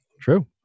True